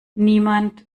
niemand